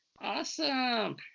Awesome